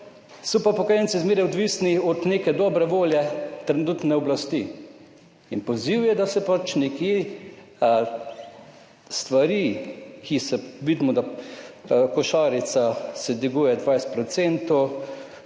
so pa upokojenci zmeraj odvisni od neke dobre volje trenutne oblasti. Poziv je, da se pač nekje stvari, ki se vidimo, da košarica se dviguje 20 %,